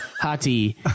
Hati